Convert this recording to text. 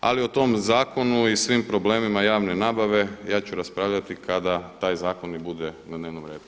ali o tom zakonu i svim problemima javne nabave ja ću raspravljati kada taj zakon i bude na dnevnom redu.